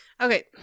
Okay